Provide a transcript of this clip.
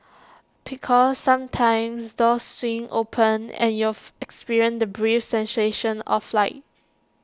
because sometimes doors swing open and you'll experience the brief sensation of flight